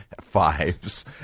fives